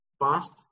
past